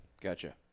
Gotcha